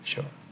Sure